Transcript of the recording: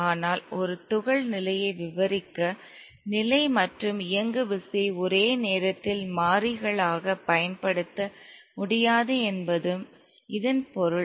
ஆனால் ஒரு துகள் நிலையை விவரிக்க நிலை மற்றும் இயங்குவிசையை ஒரே நேரத்தில் மாறிகளாகப் பயன்படுத்த முடியாது என்பதும் இதன் பொருள்